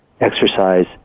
exercise